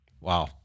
wow